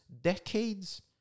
decades